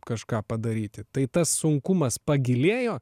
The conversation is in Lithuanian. kažką padaryti tai tas sunkumas pagilėjo